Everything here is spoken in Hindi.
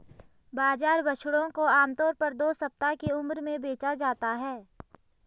बाजार बछड़ों को आम तौर पर दो सप्ताह की उम्र में बेचा जाता है